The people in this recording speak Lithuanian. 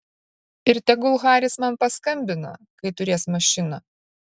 ir tegul haris man paskambina kai turės mašiną